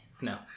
No